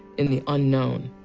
in the unknown,